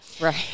right